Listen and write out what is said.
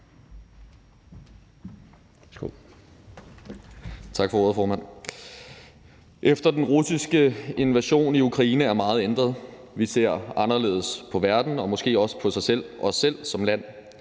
Tak for ordet, formand. Efter den russiske invasion i Ukraine er meget ændret. Vi ser anderledes på verden og måske også på os selv som land.